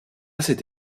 cette